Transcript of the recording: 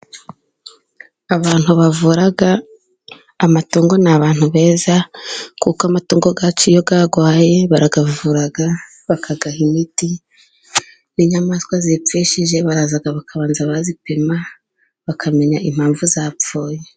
Abantu bavura amatungo ni abantu beza， kuko amatungo yacu iyo yarwaye barayavura， bakayaha imiti， n'inyamaswa zipfushije baraza bakabanza bazipima， bakamenya impamvu zapfuye.